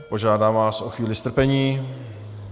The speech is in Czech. Požádám vás o chvíli strpení.